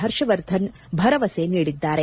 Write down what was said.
ಹರ್ಷವರ್ಧನ್ ಭರವಸೆ ನೀಡಿದ್ದಾರೆ